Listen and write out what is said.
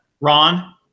Ron